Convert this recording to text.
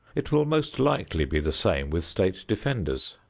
it will most likely be the same with state defenders.